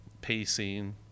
pacing